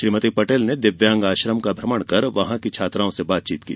श्रीमती पटेल ने दिव्यांग आश्रम का भ्रमण कर वहां की छात्राओं से बातचीत की